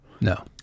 no